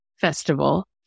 festival